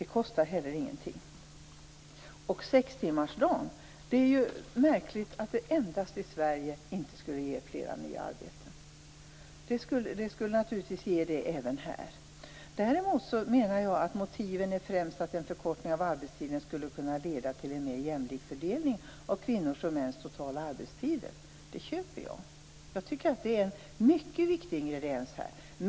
Det kostar heller ingenting. Det är också märkligt att det endast är i Sverige som sextimmarsdagen inte skulle ge fler nya arbeten. Naturligtvis skulle den ge det även här. Däremot köper jag det där med att motiven främst är att en förkortning av arbetstiden skulle kunna leda till en mer jämlik fördelning av kvinnors och mäns totala arbetstider. Jag tycker att det är en mycket viktig ingrediens.